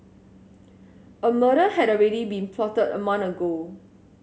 a murder had already been plotted a month ago